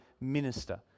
minister